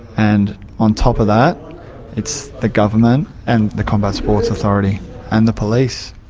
and on top of that it's the government and the combat sports authority and the police.